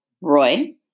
Roy